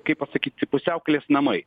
kaip pasakyti pusiaukelės namai